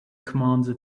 commander